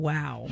Wow